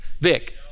Vic